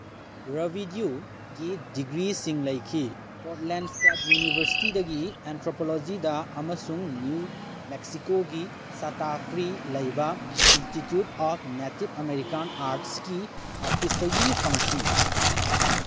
ꯔꯕꯤꯗ꯭ꯌꯨꯒꯤ ꯗꯤꯒ꯭ꯔꯤꯁꯤꯡ ꯂꯩꯈꯤ Portland state ꯌꯨꯅꯤꯚꯔꯁꯤꯇꯤꯗꯒꯤ ꯑꯦꯟꯊ꯭ꯔꯣꯄꯣꯂꯣꯖꯤꯗ ꯑꯝꯁꯨꯡ ꯅ꯭ꯌꯨ ꯃꯦꯛꯁꯤꯀꯣꯒꯤ ꯁꯇꯥꯐ꯭ꯔꯤ ꯂꯩꯕ ꯏꯟꯁꯇꯤꯇ꯭ꯌꯨꯠ ꯑꯣꯐ ꯅꯦꯇꯤꯞ ꯑꯃꯦꯔꯤꯀꯥꯟ ꯑꯥꯔꯠꯁꯀꯤ ꯑꯥꯔꯇꯤꯁꯇꯒꯤ ꯐꯪꯈꯤ